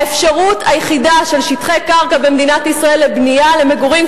האפשרות היחידה של שטחי קרקע במדינת ישראל לבנייה למגורים,